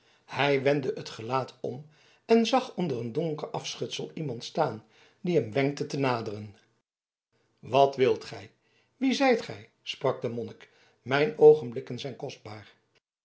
hij wendde het gelaat om en zag onder een donker afschutsel iemand staan die hem wenkte te naderen wat wilt gij wie zijt gij sprak de monnik mijn oogenblikken zijn kostbaar